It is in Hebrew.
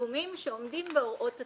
פיגומים שעומדים בהוראות התקן.